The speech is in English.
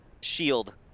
shield